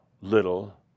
little